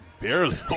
Barely